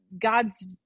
God's